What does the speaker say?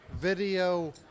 video